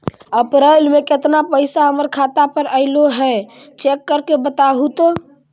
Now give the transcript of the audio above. अप्रैल में केतना पैसा हमर खाता पर अएलो है चेक कर के बताहू तो?